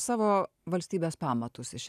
savo valstybės pamatus iš